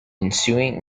ensuing